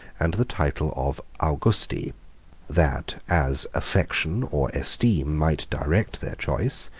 and the title of augusti that, as affection or esteem might direct their choice,